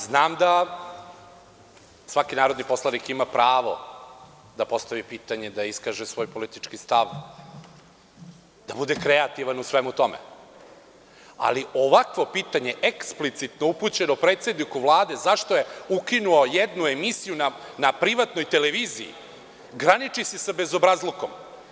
Znam da svaki narodni poslanik ima pravo da postavi pitanje, da iskaže svoj politički stav, da bude kreativan u svemu tome, ali ovakvo pitanje eksplicitno upućeno predsedniku Vlade zašto je ukinuo jednu emisiju na privatnoj televiziji, graniči se sa bezobrazlukom.